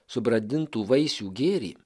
subrandintų vaisių gėrį